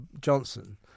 Johnson